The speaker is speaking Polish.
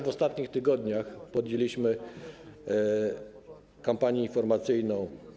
W ostatnich tygodniach podjęliśmy kampanię informacyjną.